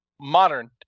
modern